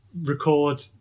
record